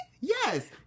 Yes